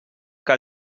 que